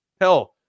hell –